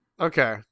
okay